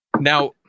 Now